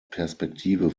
perspektive